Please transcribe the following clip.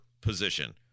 position